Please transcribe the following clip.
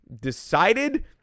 decided